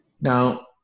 Now